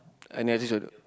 I never see